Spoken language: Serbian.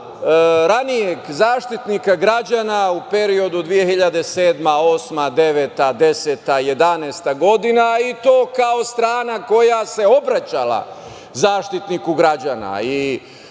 ranijeg Zaštitnika građana u periodu 2007, 2008, 2009, 2010, 2011. godina i to kao strana koja se obraćala Zaštitniku građana.